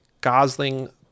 Gosling